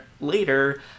later